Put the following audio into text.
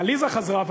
עליזה חזרה.